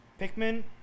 Pikmin